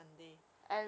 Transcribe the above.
ya